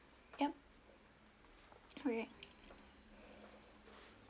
yup alright